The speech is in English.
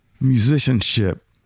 musicianship